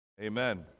amen